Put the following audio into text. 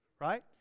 Right